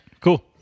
Cool